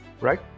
right